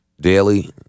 daily